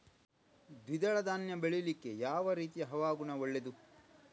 ದ್ವಿದಳ ಧಾನ್ಯ ಬೆಳೀಲಿಕ್ಕೆ ಯಾವ ರೀತಿಯ ಹವಾಗುಣ ಒಳ್ಳೆದು?